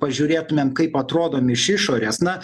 pažiūrėtumėm kaip atrodom iš išorės na